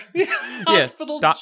Hospital